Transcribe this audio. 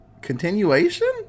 Continuation